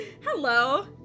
Hello